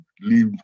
leave